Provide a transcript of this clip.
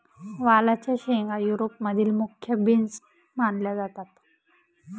वालाच्या शेंगा युरोप मधील मुख्य बीन्स मानल्या जातात